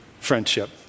friendship